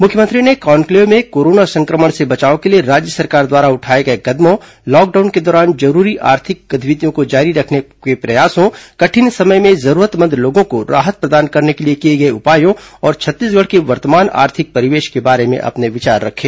मुख्यमंत्री ने कॉन्क्लेव में कोरोना सं क्र मण से बचाव के लिए राज्य सरकार द्वारा उठाए गए कदमों लॉकडाउन के दौरान जरूरी आर्थिक गतिविधियों को जारी रखने के प्रयासों कठिन समय में जरूरतमंद लोगों को राहत प्रदान करने के लिए किए गए उपायों और छत्तीसगढ़ के वर्तमान आर्थिक परिवेश के बारे में अपने विचार रखे